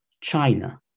China